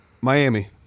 Miami